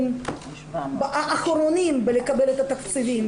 האחרונים בלקבל את התקציבים,